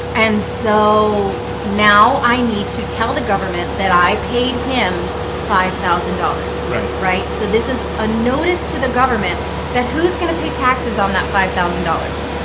and so now, i need to tell the government that i paid him five thousand dollars. right. right. so this is a notice to the government that who's going to pay taxes on that five thousand dollars?